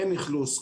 אין אכלוס.